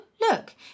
look